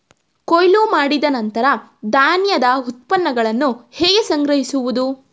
ಕೊಯ್ಲು ಮಾಡಿದ ನಂತರ ಧಾನ್ಯದ ಉತ್ಪನ್ನಗಳನ್ನು ಹೇಗೆ ಸಂಗ್ರಹಿಸುವುದು?